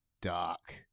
dark